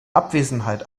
abwesenheit